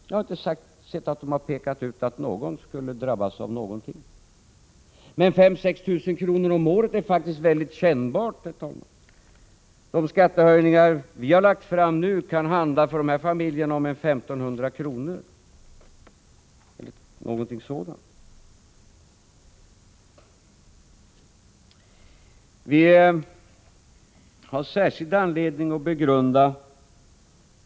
Jag har inte sett att man pekat ut någon som skulle drabbas av någonting. Men en minskning av den disponibla inkomsten med 5 000 å 6 000 kr. om året är faktiskt mycket kännbar. De skattehöjningar vi nu har föreslagit kan för de här familjerna handla om ungefär 1 500 kr.